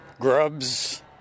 Grubs